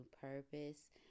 purpose